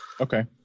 Okay